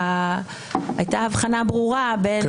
הייתה הבחנה ברורה בין